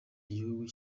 igihugu